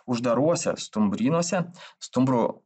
uždaruose stumbrynuose stumbrų